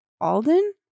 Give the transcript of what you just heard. Alden